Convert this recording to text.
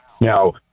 Now